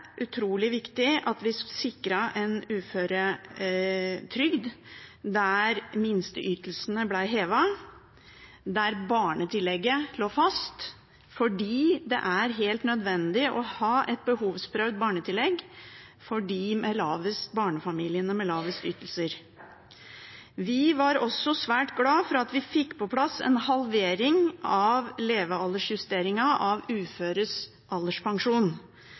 utrolig viktig at vi sikret en uføretrygd der minsteytelsene ble hevet, og der barnetillegget lå fast, for det er helt nødvendig å ha et behovsprøvd barnetillegg for de barnefamiliene med lavest ytelser. Vi var også svært glad for at vi fikk på plass en halvering av levealdersjusteringen av uføres alderspensjon.